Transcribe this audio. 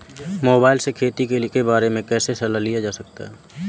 Mobile से खेती के बारे कैसे सलाह लिया जा सकता है?